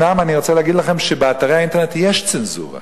אני רוצה להגיד לכם שבאתרי האינטרנט אומנם יש צנזורה.